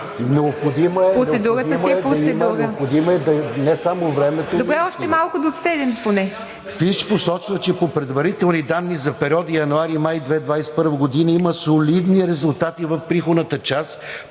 Необходимо е – не само времето…